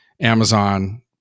Amazon